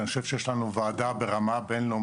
אני חושב שיש לנו ועדה ברמה בין-לאומית,